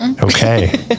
Okay